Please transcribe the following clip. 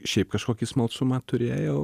šiaip kažkokį smalsumą turėjau